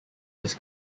his